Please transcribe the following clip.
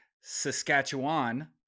Saskatchewan